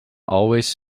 always